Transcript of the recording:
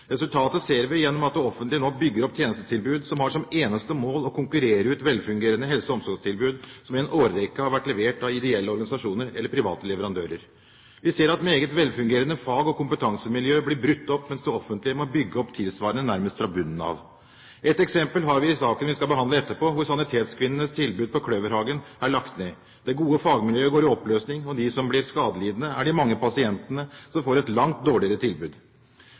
Resultatet ser vi gjennom at det offentlige nå bygger opp tjenestetilbud som har som eneste mål å konkurrere ut velfungerende helse- og omsorgstilbud som i en årrekke har vært levert av ideelle organisasjoner eller private leverandører. Vi ser at meget velfungerende fag- og kompetansemiljø blir brutt opp, mens det offentlige må bygge opp tilsvarende nærmest fra bunnen av. Et eksempel har vi i saken vi skal behandle etterpå: Sanitetskvinnenes tilbud på Kløverhagen er lagt ned, det gode fagmiljøet går i oppløsning, og de som blir skadelidende, er de mange pasientene som får et langt dårligere tilbud.